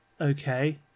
Okay